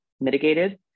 mitigated